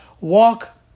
walk